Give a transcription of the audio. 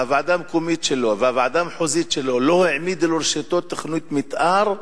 הוועדה המקומית שלו והוועדה המחוזית שלו לא העמידו לרשותו תוכנית מיתאר,